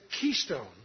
keystone